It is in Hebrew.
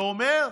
ואומר,